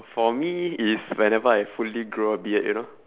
for me is whenever I fully grow a beard you know